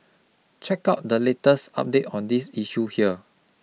check out the latest update on this issue here